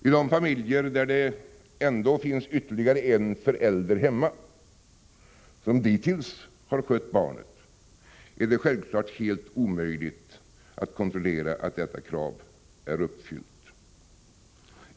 I de familjer där det ändå finns ytterligare en förälder hemma, som dittills skött barnet, är det självfallet helt omöjligt att kontrollera att detta krav är uppfyllt.